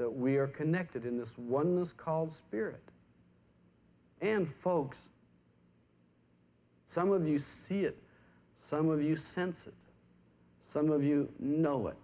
that we are connected in this one this called spirit and folks some of you see it some of you senses some of you know it